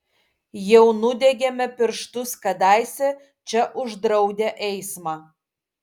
jau nudegėme pirštus kadaise čia uždraudę eismą